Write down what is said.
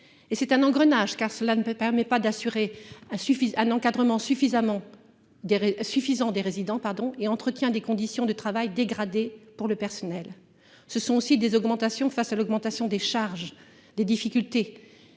C'est un engrenage, car cela ne permet pas d'assurer l'encadrement suffisant des résidents et entretient des conditions de travail dégradées pour le personnel. Il y a aussi des difficultés face à l'augmentation des charges de